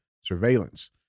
surveillance